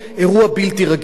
אירוע בלתי רגיל.